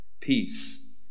peace